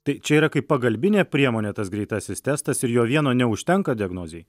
tai čia yra kaip pagalbinė priemonė tas greitasis testas ir jo vieno neužtenka diagnozei